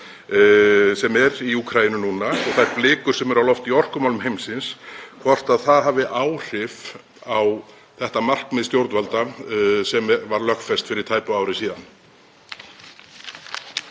sem er í Úkraínu núna og þær blikur sem eru á lofti í orkumálum heimsins sem svo að það hafi áhrif á þetta markmið stjórnvalda sem var lögfest fyrir tæpu ári síðan.